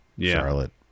Charlotte